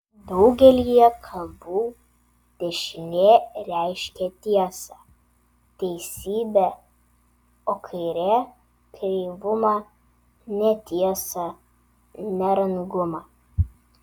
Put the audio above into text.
daugelyje kalbų dešinė reiškia tiesą teisybę o kairė kreivumą netiesą nerangumą